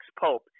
pope